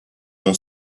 non